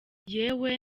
yewe